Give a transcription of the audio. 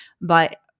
But-